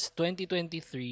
2023